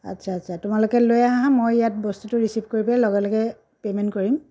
আচ্ছা আচ্ছা তোমালোকে লৈ আহা মই ইয়াত বস্তুটো ৰিচিভ কৰি পেলাই লগে লগে পেমেন্ট কৰিম